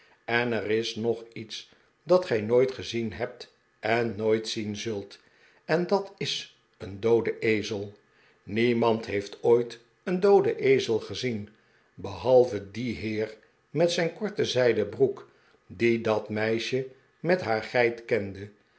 en er is nog iets dat gij nooit gezien hebt en nooit zien zult en dat is een dooden ezel niemand heeft ooit een dooden ezel gezien behalve die heer met zijn korte zijden broek die dat meisje met haar geit kende